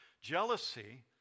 jealousy